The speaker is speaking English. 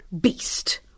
beast